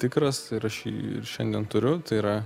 tikras ir aš ir šiandien turiu tai yra